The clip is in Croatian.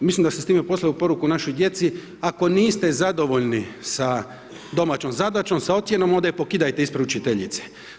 Mislim da ste s time poslali poruku našoj djeci, ako niste zadovoljni sa domaćom zadaćom sa ocjenom, onda je pokidajte ispred učiteljice.